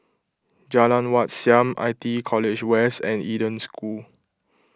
Jalan Wat Siam I T E College West and Eden School